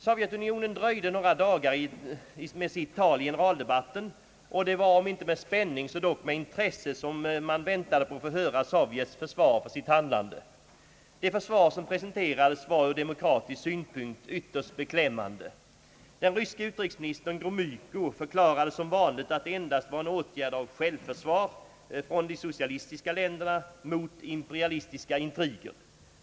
Sovjetunionen dröjde några dagar med sitt tal i generaldebatten, och det var om inte med spänning så dock med stort intresse som man väntade på att få höra Sovjets försvar för sitt handlande. Det försvar som presenterades var ur demokratisk synpunkt ytterst beklämmande. Den ryske utrikesministern Gromyko förklarade som vanligt att det endast var en åtgärd av självförsvar från de socialistiska länderna mot imperialistiska intriger.